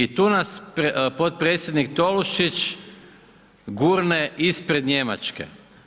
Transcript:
I tu nas potpredsjednik Tolušić gurne ispred Njemačke.